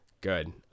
Good